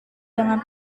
dengan